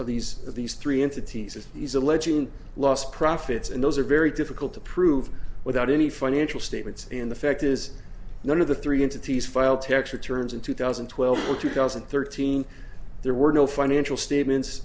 of these of these three entities as he's alleging lost profits and those are very difficult to prove without any financial statements and the fact is none of the three entities file tax returns in two thousand and twelve or two thousand and thirteen there were no financial statements